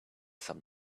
some